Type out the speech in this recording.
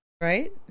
right